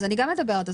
אני גם מדברת על זה,